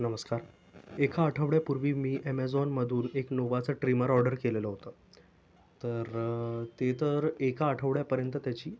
नमस्कार एका आठवड्यापूर्वी मी ॲमेझॉनमधून एक नोवाचं ट्रिमर ऑर्डर केलेलं होतं तर ते तर एका आठवड्यापर्यंत त्याची